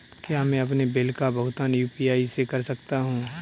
क्या मैं अपने बिल का भुगतान यू.पी.आई से कर सकता हूँ?